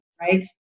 right